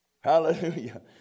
hallelujah